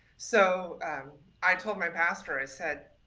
so i told my pastor, i said,